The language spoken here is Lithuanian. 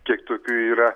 kiek tokių yra